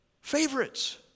Favorites